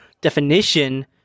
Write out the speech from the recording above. definition